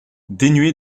dénué